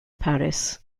paris